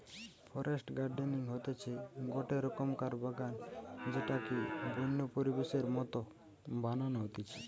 forest gardening হতিছে গটে রকমকার বাগান যেটাকে বন্য পরিবেশের মত বানানো হতিছে